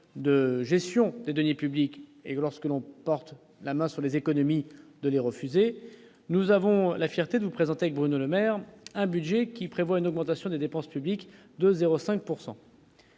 de gestion des deniers publics et lorsque l'on porte la main sur les économies de les refuser, nous avons la fierté nous présentait que Bruno Le Maire, un budget qui prévoit une augmentation des dépenses publiques de 0 5